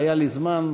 והיה לי זמן.